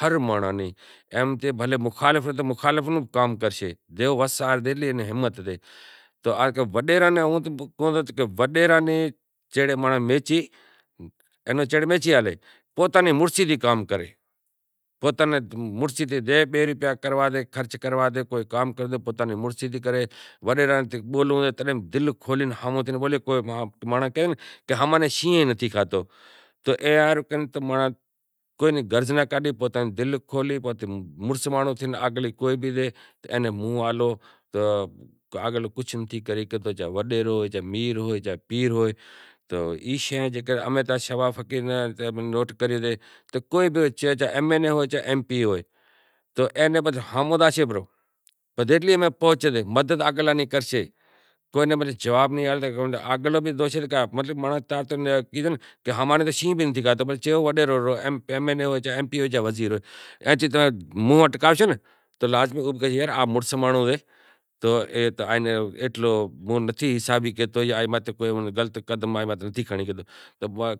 ہر مانذان نی بھلیں کو مخالف ہوئیں تو مخالف نی بھی کام کرشے تو جیوو کام کرشے حال ہاروں ایم وڈیراں نیں جہڑے میچی ہالے او مڑسی تھیں کام کرے۔ جے بئے روپیا خرچ کروا کام کرے جے وڈیراں تھیں بولنوو اے تو بھی دل کھولے ہامہوں تھے بولے تو ایئا ہاروں دل کھولے مونہں ہالے وڈیرو ہوئے جاں میر ہوئے جاں پیر ہوئے امیں فقیر نوں نوٹ کریو کہ ہموں زکو بھی سے تو ای ہومہوں زاشے پرہو ایتلی ہمت سے تو وڈیرا بھی کہاشیں یار مڑس مانڑو سے